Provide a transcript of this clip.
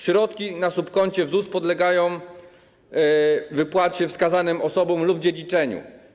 Środki na subkoncie ZUS podlegają wypłacie wskazanym osobom lub dziedziczeniu.